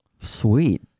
Sweet